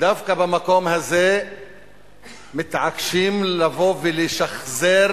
ודווקא במקום הזה מתעקשים לבוא ולשחזר